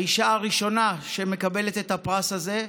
האישה הראשונה שמקבלת את הפרס הזה,